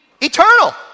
eternal